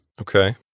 Okay